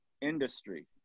industry